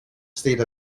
state